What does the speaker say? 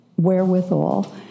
wherewithal